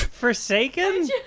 Forsaken